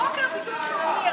הבוקר ביטוח לאומי הראה: